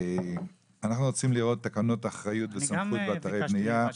אנחנו רוצים לראות תקנות אחריות וסמכות באתרי בנייה,